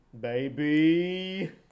Baby